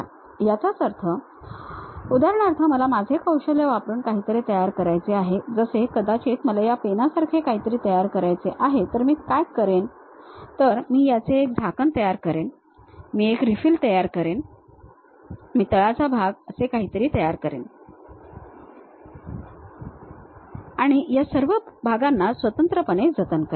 याचाच अर्थ उदाहरणार्थ मला माझे कौशल्य वापरून काहीतरी तयार करायचे आहे जसे कदाचित मला या पेनासारखे काहीतरी तयार करायचे आहे तर मी काय करेन तर मी याचे एक झाकण तयार करेन मी एक रीफिल तयार करेन मी तळाचा भाग असे काहीतरी तयार करीन आणि या सर्व भागांना स्वतंत्रपणे जतन करेन